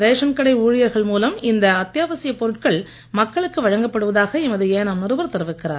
ration கடை ஊழியர்கள் மூலம் இந்த அத்தியாவசிய பொருட்கள் மக்களுக்கு வழங்கப்படுவதாக எமது ஏனாம் நிருபர் தெரிவிக்கிறார்